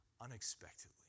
unexpectedly